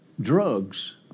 drugs